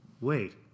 Wait